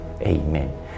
Amen